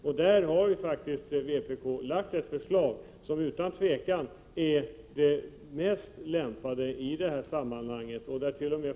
Vpk har på den punkten lagt fram ett förslag som utan tvivel är det mest lämpliga.